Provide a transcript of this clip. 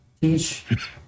teach